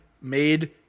made